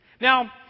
Now